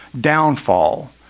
downfall